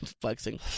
flexing